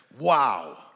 Wow